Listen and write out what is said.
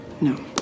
No